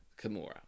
Kimura